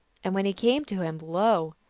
and when he came to him, lo,